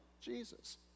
Jesus